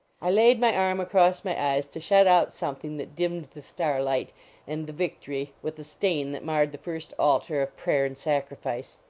i laid my arm across my eyes to shut out something that dimmed the starlight and the victory with the stain that marred the first altar of prayer and sacrifice.